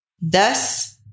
thus